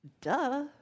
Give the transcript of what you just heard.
duh